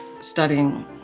studying